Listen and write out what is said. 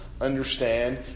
understand